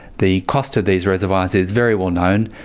the cost of these reservoirs is very well known,